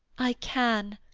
i can.